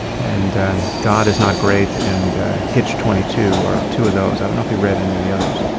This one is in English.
and and god is not great, and hitch twenty two are two of those. i don't know if he read any of the others.